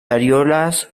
areolas